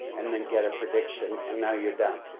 and then get a prediction and now you're done.